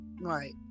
Right